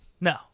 no